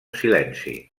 silenci